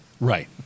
Right